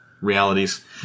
realities